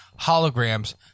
holograms